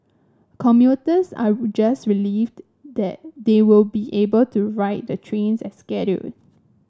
commuters are just relieved that they were be able to ride the trains as scheduled